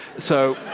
so